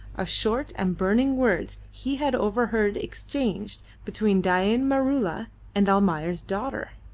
of short and burning words he had overheard exchanged between dain maroola and almayer's daughter.